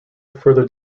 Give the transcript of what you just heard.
further